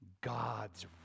God's